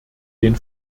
den